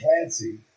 Clancy